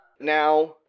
Now